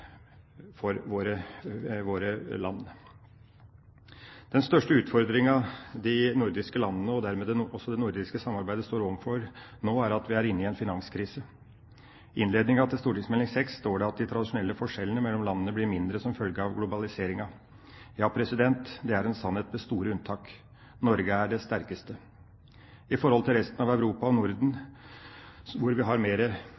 for våre land. Den største utfordringa de nordiske landene – og dermed også det nordiske samarbeidet – nå står overfor, er at vi er inne i en finanskrise. I innledningen til Meld. St. 6 for 2009–2010 står det at de tradisjonelle forskjellene mellom landene blir mindre som følge av globaliseringa. Det er en sannhet med store unntak. Norge er det sterkeste. I forhold til resten av Europa og Norden, hvor vi har